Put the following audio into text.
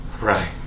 right